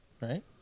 Right